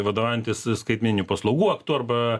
vaduojantis skaitmeninių paslaugų aktu arba